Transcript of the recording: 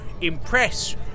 impress